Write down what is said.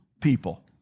people